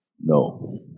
No